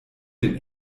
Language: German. den